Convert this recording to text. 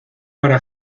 para